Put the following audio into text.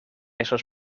esos